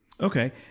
okay